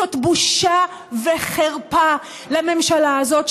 זאת בושה וחרפה לממשלה הזאת,